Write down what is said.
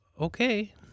okay